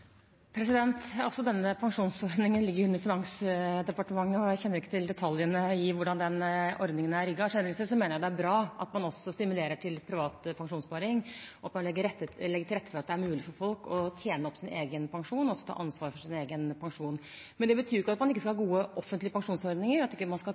Denne pensjonsordningen ligger under Finansdepartementet, og jeg kjenner ikke til detaljene i hvordan den ordningen er rigget. Generelt sett mener jeg det er bra at man også stimulerer til privat pensjonssparing, og at man legger til rette for at det er mulig for folk å tjene opp sin egen pensjon, og ta ansvar for sin egen pensjon. Men det betyr ikke at man ikke skal ha gode offentlige pensjonsordninger, at ikke man skal